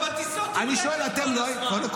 אתה פה במדינה, או שאתה בטיסות עם רגב כל הזמן?